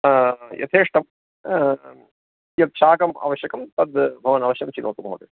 यथेष्टं यत् शाकम् आवश्यकं तद् भवान् आवश्यं शृनोतु महोय